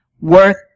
worth